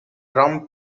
rum